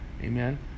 Amen